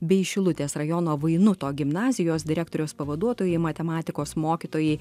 bei šilutės rajono vainuto gimnazijos direktoriaus pavaduotojai matematikos mokytojai